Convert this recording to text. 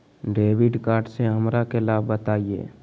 Debit card से हमरा के लाभ बताइए?